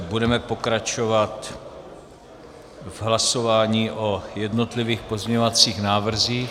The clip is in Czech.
Budeme pokračovat v hlasování o jednotlivých pozměňovacích návrzích.